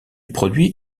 produit